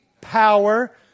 power